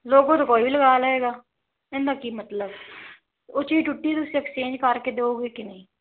logo ਤਾਂ ਕੋਈ ਵੀ ਲਗਵਾ ਲਵੇਗਾ ਇਹਦਾ ਕੀ ਮਤਲਬ ਉਹ ਚੀਜ਼ ਟੁੱਟੀ ਤੁਸੀਂ ਐਕਸਚੇਂਜ ਕਰ ਕੇ ਦਿਓਗੇ ਕੇ ਨਹੀਂ